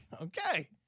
Okay